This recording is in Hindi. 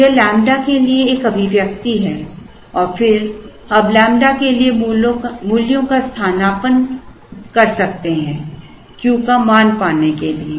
तो यह लैम्ब्डा के लिए अभिव्यक्ति है और फिर हम अब लैम्बडा के लिए मूल्यों का स्थानापन्न कर सकते हैं Q का मान पाने के लिए